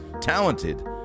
talented